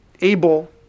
able